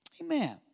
Amen